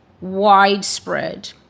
widespread